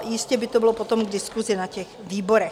Jistě by to bylo potom k diskusi na výborech.